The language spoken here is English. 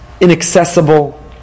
inaccessible